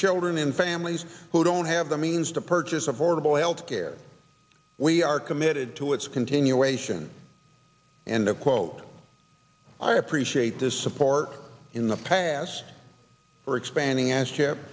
children and families who don't have the means to purchase affordable health care we are committed to its continuation and a quote i appreciate the support in the past expanding as